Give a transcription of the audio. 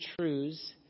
truths